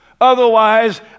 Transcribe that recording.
Otherwise